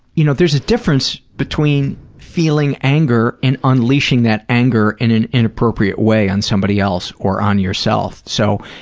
you know, there's a difference between feeling anger and unleashing that anger in an inappropriate way on somebody else or on yourself. so,